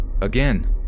again